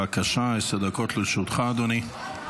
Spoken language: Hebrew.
בבקשה, עשר דקות לרשותך, אדוני.